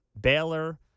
Baylor